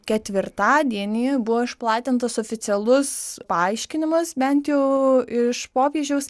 ketvirtadienį buvo išplatintas oficialus paaiškinimas bent jau iš popiežiaus